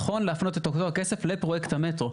נכון להפנות את אותו הכסף לפרויקט המטרו.